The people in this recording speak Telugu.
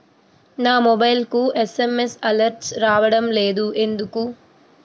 నా మొబైల్కు ఎస్.ఎం.ఎస్ అలర్ట్స్ రావడం లేదు ఎందుకు?